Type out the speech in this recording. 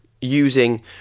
using